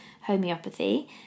Homeopathy